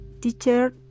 teacher